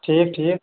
ٹھیٖک ٹھیٖک